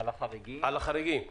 על החריגים,